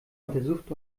untersucht